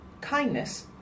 kindness